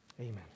amen